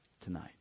Tonight